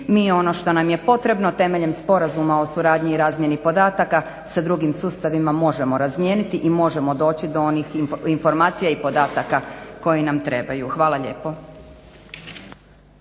svi mi ono što nam je potrebno temeljem Sporazuma o suradnji i razmjeni podataka sa drugim sustavima možemo razmijeniti i možemo doći do onih informacija i podataka koji nam trebaju. Hvala lijepo.